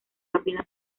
rápida